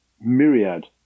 myriad